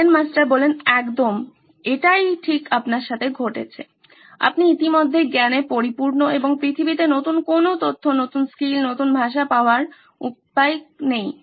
gen master বললেন একদম এটাই আপনার সাথে ঘটছে আপনি ইতিমধ্যেই জ্ঞানে পরিপূর্ণ এবং পৃথিবীতে নতুন কোনো তথ্য নতুন স্কিল নতুন ভাষা পাওয়ার কোন উপায় নেই